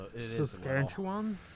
Saskatchewan